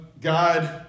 God